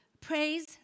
Praise